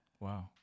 Wow